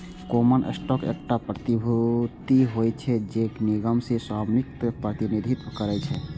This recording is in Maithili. कॉमन स्टॉक एकटा प्रतिभूति होइ छै, जे निगम मे स्वामित्वक प्रतिनिधित्व करै छै